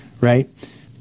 right